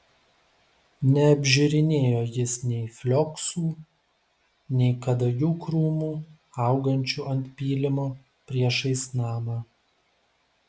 neapžiūrinėjo jis nei flioksų nei kadagių krūmų augančių ant pylimo priešais namą